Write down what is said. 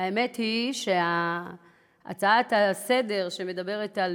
האמת היא שההצעה לסדר-היום שמדברת על